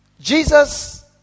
Jesus